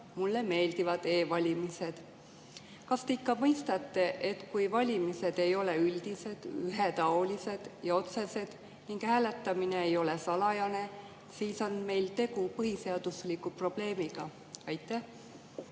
teile meeldivad e‑valimised. Kas te ikka mõistate, et kui valimised ei ole üldised, ühetaolised ja otsesed ning hääletamine ei ole salajane, siis on meil tegu põhiseaduslikkuse probleemiga? Aitäh,